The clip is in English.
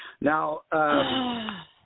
now